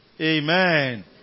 Amen